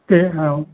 दे औ